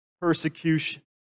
persecution